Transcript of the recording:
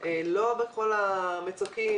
לא בכל המצוקים.